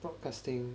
broadcasting